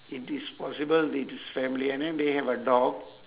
it is possible it is family and then they have a dog